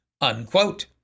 unquote